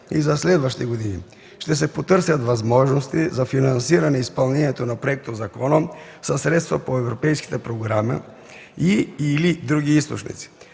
и за следващи години. Ще се потърсят възможности за финансиране изпълнението на законопроекта със средства по европейските програми и/или други източници.